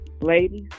ladies